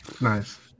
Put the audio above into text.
Nice